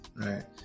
right